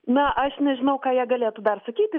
na aš nežinau ką jie galėtų dar sakyti